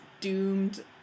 doomed